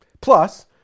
plus